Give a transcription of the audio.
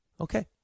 Okay